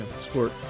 sport